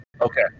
okay